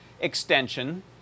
extension